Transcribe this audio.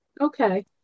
Okay